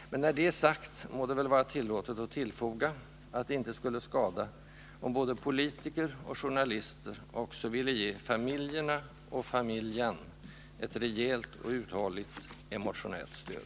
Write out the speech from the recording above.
Men när det är sagt må det väl vara tillåtet att tillfoga, att det inte skulle skada om både politiker och journalister också ville ge familjerna — och familjen — ett rejält och uthålligt emotionellt stöd.